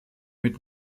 mit